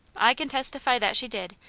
i can testify that she did,